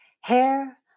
hair